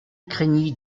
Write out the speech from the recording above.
craignit